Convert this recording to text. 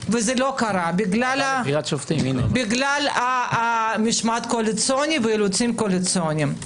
וזה לא קרה בגלל המשמעת הקואליציונית ואילוצים קואליציוניים.